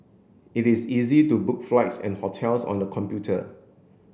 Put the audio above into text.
it is easy to book flights and hotels on the computer